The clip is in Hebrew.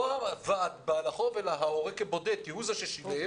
לא ועד ההורים הוא בעל החוב אלא ההורה כבודד כי הוא זה ששילם.